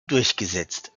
durchgesetzt